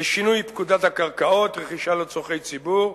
לשינוי פקודת הקרקעות (רכישה לצורכי ציבור),